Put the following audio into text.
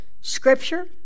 Scripture